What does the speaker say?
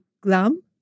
glum